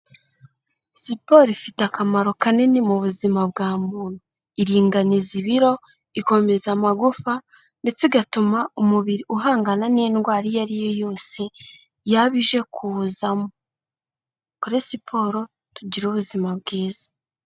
Siporo ifite akamaro kanini mu buzima bwa muntu. Iringaniza ibiro, ikomeza amagufa ndetse igatuma umubiri uhangana n'indwara iyo ari yo yose yaba ije kuwuzamo. Dukore siporo, tugira ubuzima bwiza.